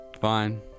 Fine